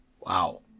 Wow